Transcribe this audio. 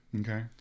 Okay